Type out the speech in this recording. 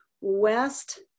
west